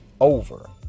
over